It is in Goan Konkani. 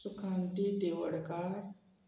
सुकांती दिवडकार